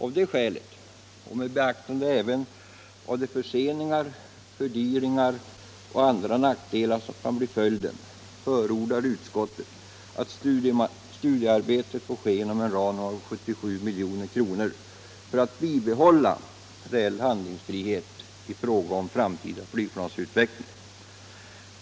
Av detta skäl och med beaktande även av de förseningar, fördyringar och andra nackdelar som kan bli följden förordar utskottet att studiearbetet får ske inom en ram av 77 milj.kr. för att bibehålla reell handlingsfrihet i fråga om framtida flygplansutveckling.